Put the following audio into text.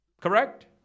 Correct